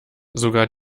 sogar